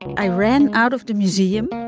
i ran out of the museum.